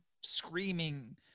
screaming